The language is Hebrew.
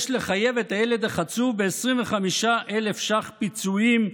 יש לחייב את הילד החצוף ב-25,000 ש"ח פיצויים,